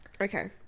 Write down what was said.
Okay